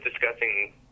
discussing